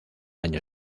año